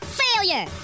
failure